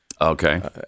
okay